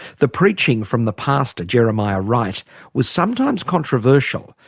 the preaching from the pastor jeremiah wright was sometimes controversial.